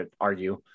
argue